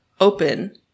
open